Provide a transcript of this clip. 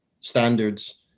standards